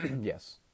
yes